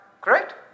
correct